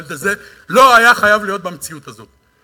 הילד הזה לא היה חייב להיות במציאות הזאת,